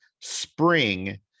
spring